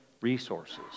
resources